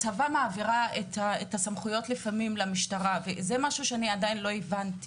הצבא לפעמים מעביר סמכויות למשטרה וזה משהו שאני לא הבנתי.